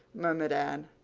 murmured anne,